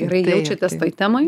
gerai jaučiatės toj temoj